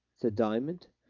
said diamond.